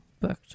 booked